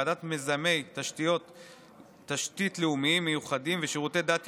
ועדת מיזמי תשתית לאומיים מיוחדים ושירותים דת לאומיים,